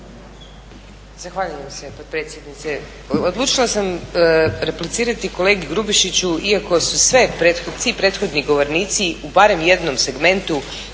Zahvaljujem se potpredsjednice. Odlučila sam replicirati kolegi Grubišiću iako su svi prethodni govornici u barem jednom segmentu